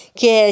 che